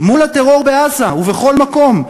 מול הטרור בעזה ובכל מקום,